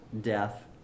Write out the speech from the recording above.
death